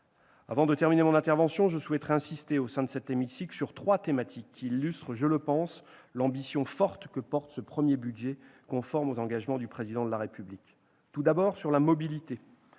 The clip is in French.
Avant de terminer mon intervention, je souhaite insister, au sein de cet hémicycle, sur trois thématiques qui illustrent, je pense, l'ambition forte de ce premier budget, conforme aux engagements du Président de la République. Tout d'abord, sur la mobilité,